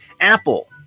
Apple